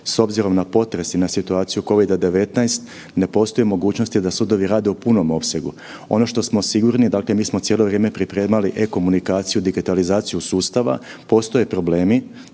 S obzirom na potres i na situaciju COVID-a 19 ne postoji mogućnost da sudovi rade u punom opsegu, ono što smo sigurni dakle mi smo cijelo vrijeme pripremali e-komunikaciju digitalizaciju sustava. Postoje problemi